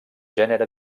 gènere